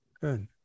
Good